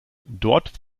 dort